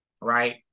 right